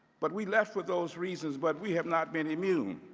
but we left for those reasons, but we have not been immune.